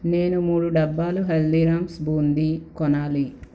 నేను మూడు డబ్బాలు హల్దీరామ్స్ బూందీ కొనాలి